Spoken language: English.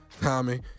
Tommy